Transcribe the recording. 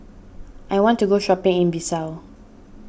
I want to go shopping in Bissau